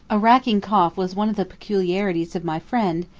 a racking cough was one of the peculiarities of my friend,